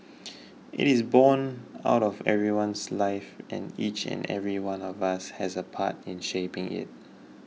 it is borne out of everyone's life and each and every one of us has a part in shaping it